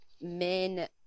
men